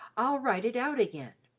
i'll write it out again.